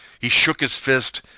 he shook his fist.